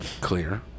clear